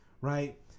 right